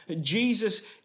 Jesus